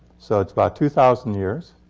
so it's about two thousand years.